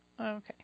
Okay